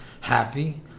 happy